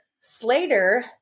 Slater